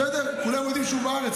אגב, כולם יודעים שהוא בארץ.